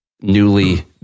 newly